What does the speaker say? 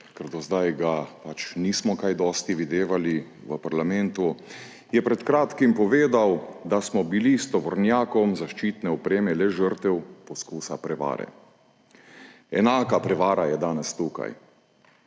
ker do zdaj ga pač nismo kaj dosti videvali v parlamentu – je pred kratkim povedal, da smo bili s tovornjakom zaščitne opreme le žrtev poskusa prevare. Enaka prevara je danes tukaj.